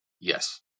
Yes